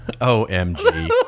OMG